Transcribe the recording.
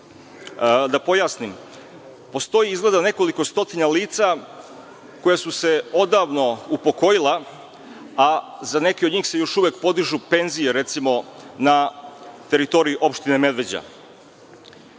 Da pojasnim, postoji izgleda nekoliko stotina lica koja su se odavno upokojila, a za neke od njih se još uvek podižu penzije, recimo na teritoriji opštine Medveđa?